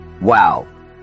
Wow